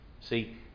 See